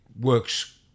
works